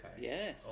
Yes